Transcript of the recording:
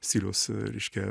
stiliaus reiškia